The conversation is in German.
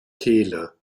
kehle